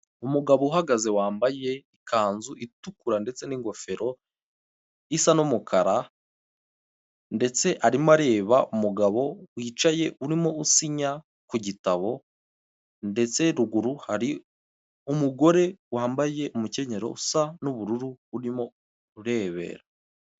Umugabo uhagaze wambaye ikanzu itukura ndetse n'ingofero isa n'umukara ndetse arimo areba umugabo wicaye urimo usinya ku gitabo, ndetse ruguru hari umugore wambaye umukenyerero usa n'ubururu urimo urebera.